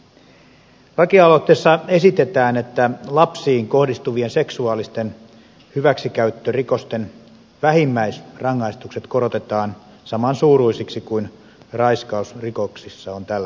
laki aloitteessa esitetään että lapsiin kohdistuvien seksuaalisten hyväksikäyttörikosten vähimmäisrangaistukset korotetaan samansuuruisiksi kuin raiskausrikoksissa on tällä hetkellä